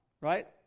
right